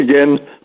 again